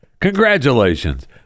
Congratulations